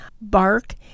bark